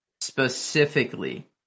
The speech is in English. specifically